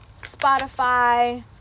Spotify